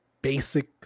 basic